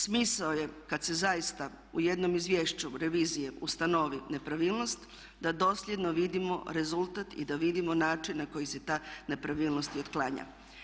Smisao je kad se zaista u jednom izvješću revizije ustanovi nepravilnost da dosljedno vidimo rezultat i da vidimo način na koji se ta nepravilnost i otklanja.